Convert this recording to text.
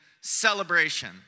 celebration